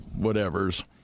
whatevers